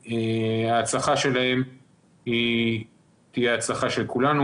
וההצלחה שלהם תהיה הצלחה של כולנו.